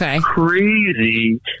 crazy